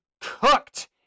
cooked